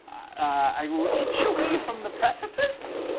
i will inch away from the precipice?